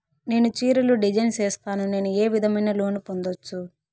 నేను చీరలు డిజైన్ సేస్తాను, నేను ఏ విధమైన లోను పొందొచ్చు